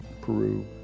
Peru